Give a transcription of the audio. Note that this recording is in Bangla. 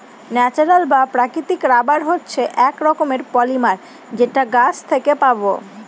ন্যাচারাল বা প্রাকৃতিক রাবার হচ্ছে এক রকমের পলিমার যেটা গাছ থেকে পাবো